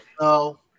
No